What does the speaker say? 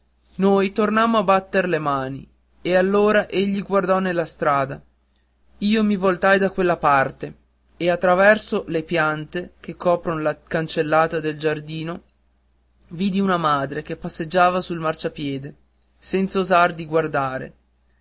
noi tornammo a batter le mani e allora egli guardò nella strada io mi voltai da quella parte e a traverso alle piante che copron la cancellata del giardino vidi sua madre che passeggiava sul marciapiede senz'osar di guardare